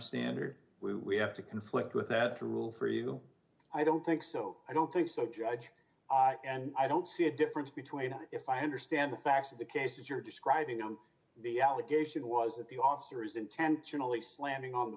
standard we have to conflict with that rule for you i don't think so i don't think so judge and i don't see a difference between if i understand the facts of the cases you're describing the allegation was that the officers intentionally slamming on the